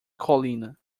colina